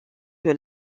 que